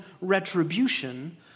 retribution